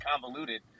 convoluted